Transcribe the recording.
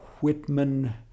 Whitman